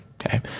Okay